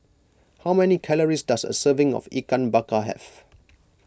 how many calories does a serving of Ikan Bakar have